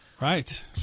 Right